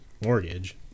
mortgage